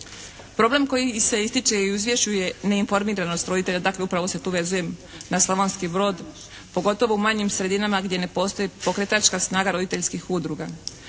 Problem koji se ističe i u izvješću je neinformiranost roditelja. Dakle upravo se tu vezujem na Slavonski Brod. Pogotovo u manjim sredinama gdje ne postoji pokretačka snaga roditeljskih udruga.